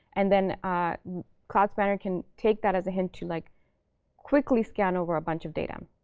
and then cloud spanner can take that as a hint to like quickly scan over a bunch of data.